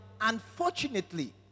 unfortunately